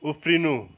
उफ्रिनु